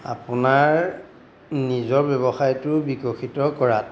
আপোনাৰ নিজৰ ব্যৱসায়টো বিকশিত কৰাত